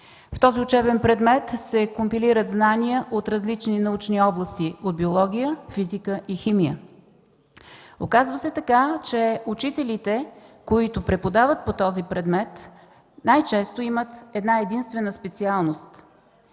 В този учебен предмет се компилират знания от различни научни области – биология, физика и химия. Оказва се така, че учителите, които преподават по този предмет, най-често имат една-единствена специалност.